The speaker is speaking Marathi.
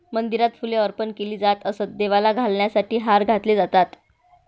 मंदिरात फुले अर्पण केली जात असत, देवाला घालण्यासाठी हार घातले जातात